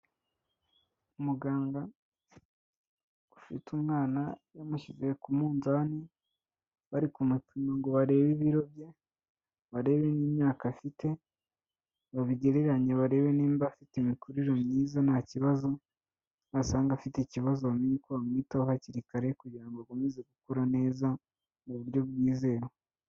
Umuganga ufite umwana yamushyize ku munzani, bari ku mupima ngo barebe ibiro bye, barebe n'imyaka afite, babigereranye barebe niba afite imikurire myiza nta kibazo, nibasanga afite ikibazo bamenye uko bamwitaho hakiri kare, kugira ngo akomeze gukura neza mu buryo bwizewe.